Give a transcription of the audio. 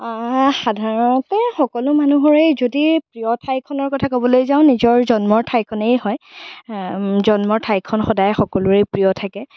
সাধাৰণতে সকলো মানুহৰে যদি প্ৰিয় ঠাইখনৰ কথা ক'বলৈ যাওঁ নিজৰ জন্মৰ ঠাইখনেই হয় জন্মৰ ঠাইখন সদায় সকলোৰে প্ৰিয় থাকে